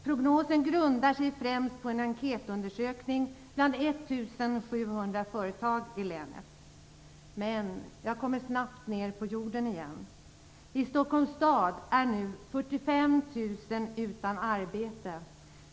Prognosen grundas främst på en enkätundersökning bland 1 700 företag i länet. Men jag kommer snabbt ner på jorden igen. I Stockholms stad är nu 45 000 personer utan arbete.